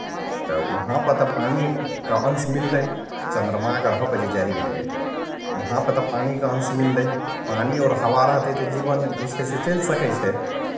तऽ वहाँपर तऽ पानिके अंश मिललै चन्द्रमा ग्रहपर जे जायल गेलै वहाँपर तऽ पानिके अंश मिललै पानि आओर हवा रहतै तऽ जीवन जे छै से चलि सकै छै